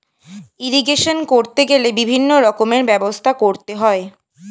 irrigation করতে গেলে বিভিন্ন রকমের ব্যবস্থা করতে হয়